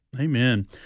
Amen